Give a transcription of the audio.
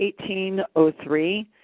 1803